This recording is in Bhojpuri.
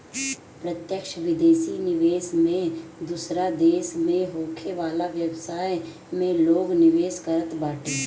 प्रत्यक्ष विदेशी निवेश में दूसरा देस में होखे वाला व्यवसाय में लोग निवेश करत बाटे